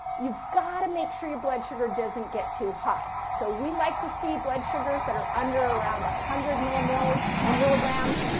you've got to make sure your blood sugar doesn't get too high. so we like to see blood sugars that are under around a hundred millimoles or milligrams.